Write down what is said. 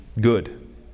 good